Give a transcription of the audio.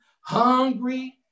hungry